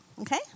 okay